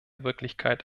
wirklichkeit